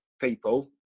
people